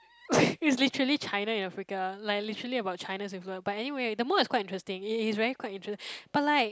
it's literally China and Africa like literally about China's influence but anyway the mod is quite interesting it is really quite interesting but like